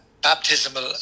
baptismal